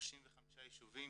ב-35 ישובים